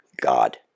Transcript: God